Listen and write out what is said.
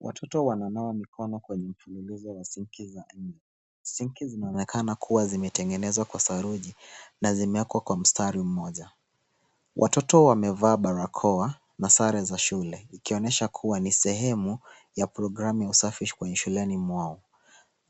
Watoto wananawa mikono kwenye tengenezo la sinki za mawe. Sinki zinaonekana kuwa zimetengenezwa kwa saruji na zimeekwa kwa mstari mmoja. Watoto wamevaa barakoa na sare za shule, ikionyesha kuwa ni sehemu ya programu za usafi kwenye shuleni mwao,